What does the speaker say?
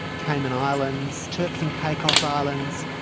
cayman islands, turks and caicos islands,